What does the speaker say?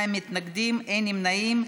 בעד, 39 חברי כנסת, 42 מתנגדים ואין נמנעים.